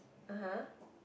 (uh huh)